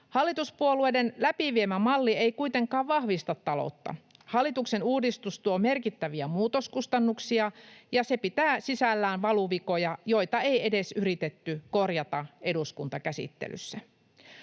Hallituspuolueiden läpiviemä malli ei kuitenkaan vahvista taloutta. Hallituksen uudistus tuo merkittäviä muutoskustannuksia, ja se pitää sisällään valuvikoja, joita ei edes yritetty korjata eduskuntakäsittelyssä.